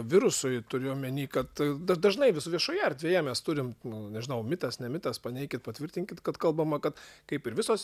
virusui turiu omeny kad dar dažnai vis viešoje erdvėje mes turim nu nežinau mitas ne mitas paneikit patvirtinkit kad kalbama kad kaip ir visos